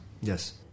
Yes